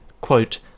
quote